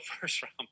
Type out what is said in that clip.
first-round